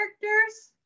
characters